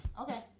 Okay